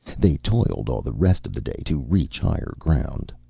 they toiled all the rest of the day to reach higher ground.